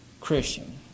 Christian